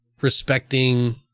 respecting